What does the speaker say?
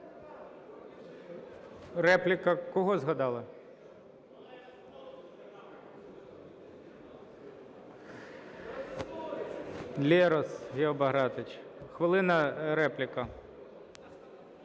Репліка. Кого згадали? Лерос Гео Багратович. Хвилина, репліка.